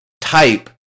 type